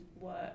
work